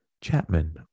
Chapman